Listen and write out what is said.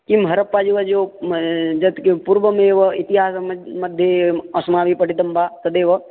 किं हरप्पा जो आजो यत् किं पूर्वमेव इतिहासम् मध्ये अस्माभिः पठितं वा तदेव